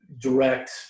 direct